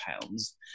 pounds